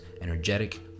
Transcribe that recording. energetic